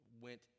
went